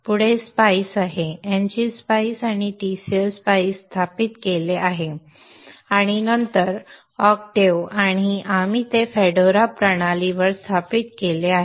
पुढे spice आहे ngSpice आणि tcl spice स्थापित केले आहेत आणि नंतर octave आणि आम्ही ते fedora प्रणालीवर स्थापित केले आहे